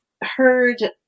heard